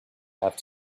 have